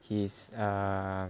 he is uh